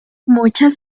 muchas